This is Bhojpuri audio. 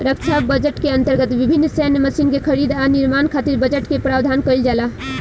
रक्षा बजट के अंतर्गत विभिन्न सैन्य मशीन के खरीद आ निर्माण खातिर बजट के प्रावधान काईल जाला